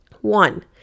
One